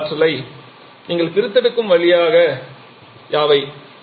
அதன் ஆற்றலை நீங்கள் பிரித்தெடுக்கும் வழிகள் யாவை